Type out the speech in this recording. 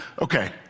okay